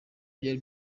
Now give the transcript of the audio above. byari